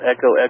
Echo